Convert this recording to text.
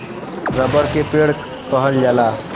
रबड़ के पेड़ कहल जाला